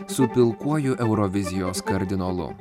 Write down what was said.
su pilkuoju eurovizijos kardinolu